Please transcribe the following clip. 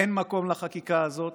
אין מקום לחקיקה הזאת,